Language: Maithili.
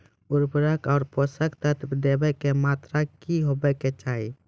उर्वरक आर पोसक तत्व देवाक मात्राकी हेवाक चाही?